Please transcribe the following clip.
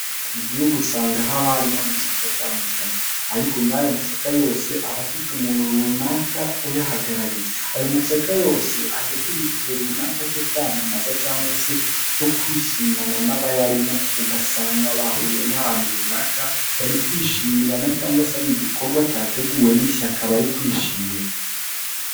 Mu gihugu usanga haba harimo amashyaka atandukanye ariko nkayo mashyaka yose aba afite umuntu runaka uyahagarariye, ayo mashyaka yose ajya agira igihe runaka cyo kwamamaza cyangwa se cyo kwishimana n'abayarimo ugasanga bahuriyeye nk'ahantu runaka bari kwishimirana cyangwa se igikorwa cyateguwe n'ishyaka bari kwishimira.